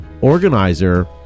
organizer